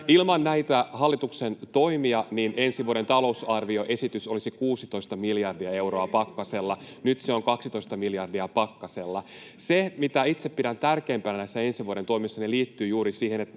Ilman näitä hallituksen toimia ensi vuoden talousarvioesitys olisi 16 miljardia euroa pakkasella. Nyt se on 12 miljardia pakkasella. Se, mitä itse pidän tärkeimpänä näissä ensi vuoden toimissa, liittyy juuri siihen, mitä